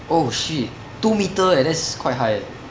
oh shit two meter eh that's quite high eh